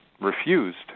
refused